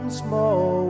small